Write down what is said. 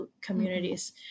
communities